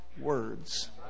words